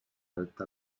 alta